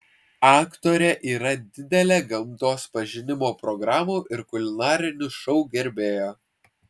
aktorė yra didelė gamtos pažinimo programų ir kulinarinių šou gerbėja